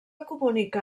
comunica